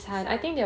son